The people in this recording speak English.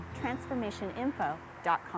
transformationinfo.com